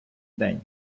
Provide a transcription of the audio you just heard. день